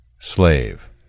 Slave